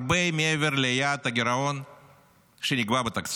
הרבה מעבר ליעד הגירעון שנקבע בתקציב.